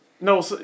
No